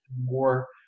more